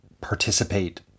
participate